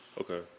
Okay